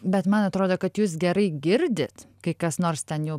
bet man atrodo kad jūs gerai girdit kai kas nors ten jau